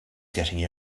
getting